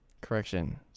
correction